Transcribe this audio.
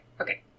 okay